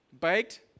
baked